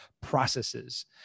processes